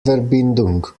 verbindung